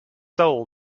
soul